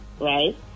right